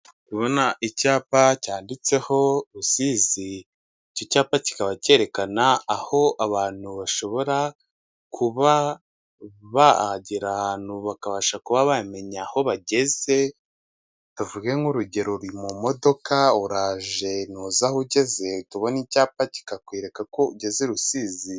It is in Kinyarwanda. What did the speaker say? Ndabona icyapa cyanditseho Rusizi. Icyo cyapa kikaba cyerekana aho abantu bashobora kuba bagera ahantu bakabasha kuba bamenya aho bageze, tuvuge nk'urugero uri mu modoka, uraje ntuzi aho ugeze, uhita ubona icyapa kikakwereka ko ugeze i Rusizi.